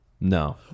no